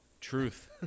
truth